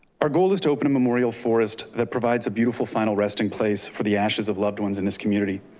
our goal is to open a memorial forest that provides a beautiful final resting place for the ashes of loved ones in this community,